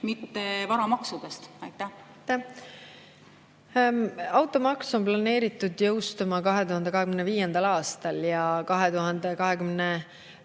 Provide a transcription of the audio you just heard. mitte varamaksudest. Automaks on planeeritud jõustuma 2025. aastal. Ja 2024.